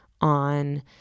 on